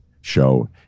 show